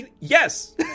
yes